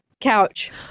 couch